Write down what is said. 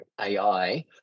ai